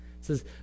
says